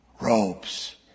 robes